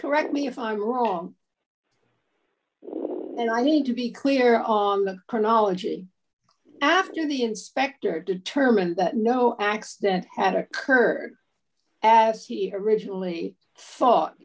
correct me if i'm wrong when i need to be clear on the chronology after the inspector determined that no accident had occurred as he originally thought